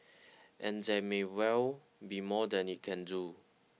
and there may well be more that it can do